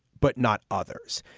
but not others.